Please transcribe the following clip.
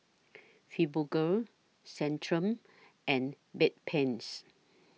Fibogel Centrum and Bedpans